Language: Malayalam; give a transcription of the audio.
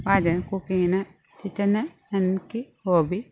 പാചകം കുക്കിങ്ങിന് ഇത് തന്നെ എനിക്ക് ഹോബി